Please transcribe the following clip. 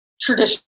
tradition